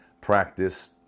practice